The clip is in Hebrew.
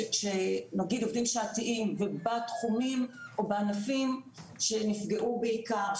נגיד עובדים שעתיים בתחומים ובענפים שנפגעו בעיקר,